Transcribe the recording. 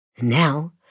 Now